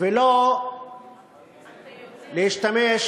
ולא להשתמש